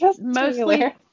mostly